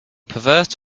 perverse